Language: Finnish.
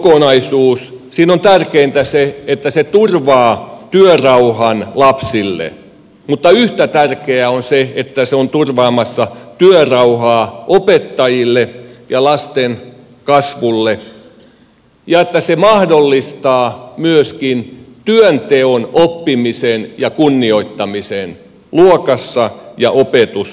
tässä työrauhakokonaisuudessa on tärkeintä se että se turvaa työrauhan lapsille mutta yhtä tärkeää on se että se on turvaamassa työrauhaa opettajille ja lasten kasvulle ja että se mahdollistaa myöskin työnteon oppimisen ja kunnioittamisen luokassa ja opetustilanteessa